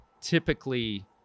typically